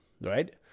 right